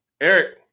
Eric